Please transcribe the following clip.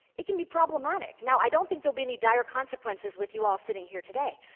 it can be problematic. now, i don't think there'll be any dire consequences with you all sitting here today.